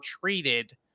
treated